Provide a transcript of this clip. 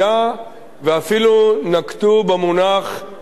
ואפילו נקטו את המונח גזענות.